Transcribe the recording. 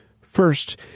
First